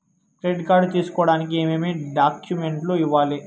credit card తీసుకోడానికి ఏమేమి డాక్యుమెంట్లు ఇవ్వాలి